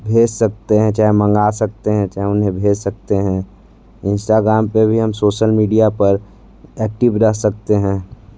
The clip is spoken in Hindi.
भेज सकते हैं चाहें मँगा सकते है चाहें उन्हें भेज सकते हैं इंस्टाग्राम पे भी हम सोशल मीडिया पर ऐक्टिव रह सकते हैं